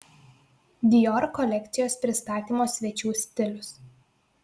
dior kolekcijos pristatymo svečių stilius